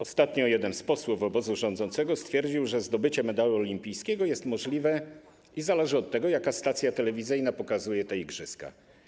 Ostatnio jeden z posłów obozu rządzącego stwierdził, że zdobycie medalu olimpijskiego jest możliwe i zależy od tego, jaka stacja telewizyjna pokazuje te igrzyska.